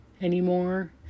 anymore